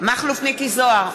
מכלוף מיקי זוהר,